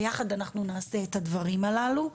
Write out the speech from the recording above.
ביחד אנחנו נעשה את הדברים הללו.